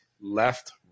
left